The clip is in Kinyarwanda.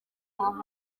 muhanzi